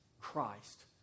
Christ